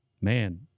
Man